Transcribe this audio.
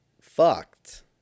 fucked